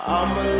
I'ma